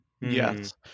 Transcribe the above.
yes